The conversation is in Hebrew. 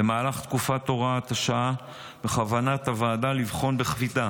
במהלך תקופת הוראת השעה בכוונת הוועדה לבחון בקפידה